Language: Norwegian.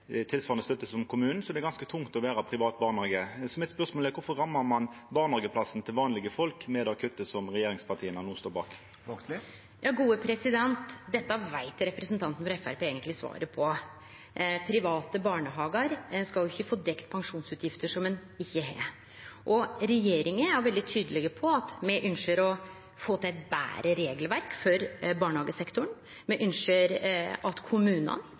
rammar ein barnehageplassen til vanlege folk med det kuttet som regjeringspartia no står bak? Dette veit representanten frå Framstegspartiet eigentleg svaret på. Private barnehagar skal ikkje få dekt pensjonsutgifter som ein ikkje har. Regjeringa er veldig tydeleg på at me ynskjer å få til eit betre regelverk for barnehagesektoren. Me ynskjer at kommunane